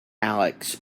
alex